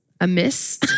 amiss